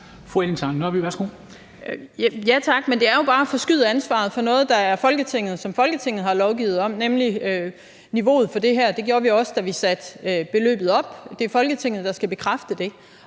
Ellen Trane Nørby (V): Tak. Men det er jo bare at forskyde ansvaret for noget, som Folketinget har lovgivet om, nemlig niveauet for det her. Det gjorde vi også, da vi satte beløbet op. Det er Folketinget, der skal bekræfte det.